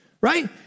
right